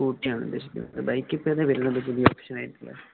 സ്കൂട്ടിയാണ് ഉദ്ദേശ ബൈക്കിപ്പൊത വരുന്നദേെച്ച ഓപ്ഷ ആയിട്ടേ